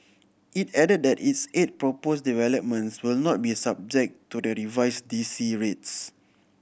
it added that its eight proposed developments will not be subject to the revised D C rates